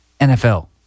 NFL